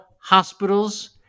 hospitals